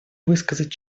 высказать